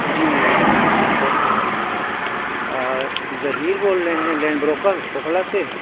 جی ظہیر بول رہے ہیں لینڈ بروکر اوکھلا سے